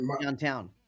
downtown